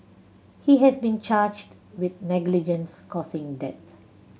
he has been charged with negligence causing death